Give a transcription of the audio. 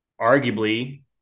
arguably